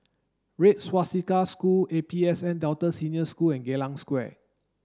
Red Swastika School A P S N Delta Senior School and Geylang Square